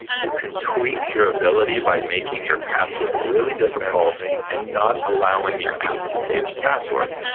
you can tweak your ability and by making your password really difficult and not allowing your app to save the password.